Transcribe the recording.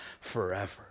forever